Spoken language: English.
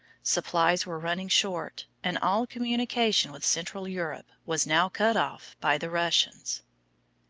supplies were running short, and all communication with central europe was now cut off by the russians.